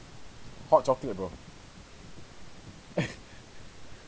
hot chocolate bro